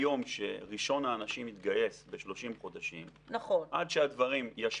כי מהיום שראשון האנשים מתגייס ל-30 חודשים עד שהדברים ישפיעו,